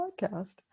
podcast